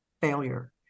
failure